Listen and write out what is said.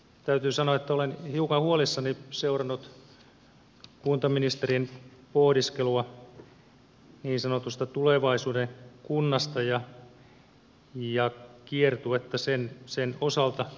täytyy sanoa että olen hiukan huolissani seurannut kuntaministerin pohdiskelua niin sanotusta tulevaisuuden kunnasta ja kiertuetta sen osalta